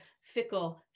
fickle